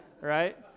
right